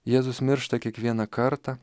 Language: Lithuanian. jėzus miršta kiekvieną kartą